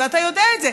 ואתה יודע את זה.